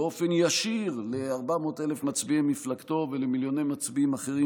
באופן ישיר ל-400,000 מצביעי מפלגתו ולמיליוני מצביעים אחרים,